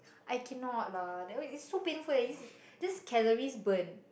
I cannot lah that one is so painful eh is just calories burnt